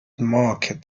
market